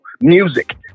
music